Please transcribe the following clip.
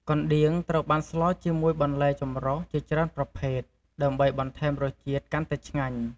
កណ្ដៀងត្រូវបានស្លជាមួយបន្លែចម្រុះជាច្រើនប្រភេទ ដើម្បីបន្ថែមរសជាតិកាន់តែឆ្ងាញ់។